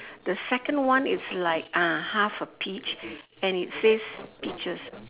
the second one is like ah half a peach and it says peaches